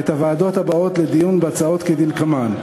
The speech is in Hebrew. את הוועדות הבאות לדיון בהצעות כדלקמן: